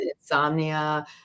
insomnia